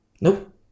Nope